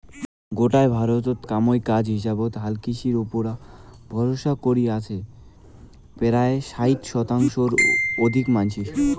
গোটায় ভারতত কামাই কাজ হিসাবত হালকৃষির উপুরা ভরসা করি আছে পরায় ষাট শতাংশর অধিক মানষি